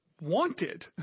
wanted